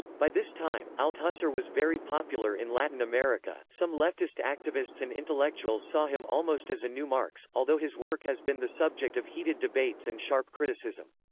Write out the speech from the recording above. by this time, althusser was very popular in latin america some leftist activists and intellectuals saw him almost as a new marx, although his work has been the subject of heated debates and sharp criticism.